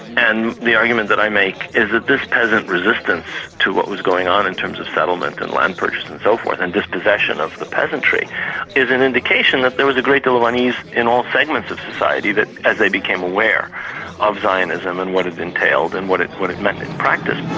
and the argument that i make is that peasant resistance to what was going on in terms of settlement and land purchase and so forth, and dispossession of the peasantry, is an indication that there was a great deal of unease in all segments of society, that as they became aware f zionism and what it entailed and what it what it meant in practice.